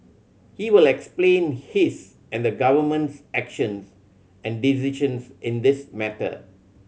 he will explain his and the Government's actions and decisions in this matter